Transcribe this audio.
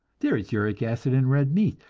there is uric acid in red meat,